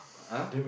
!huh!